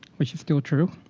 which is still true.